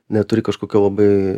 neturi kažkokio labai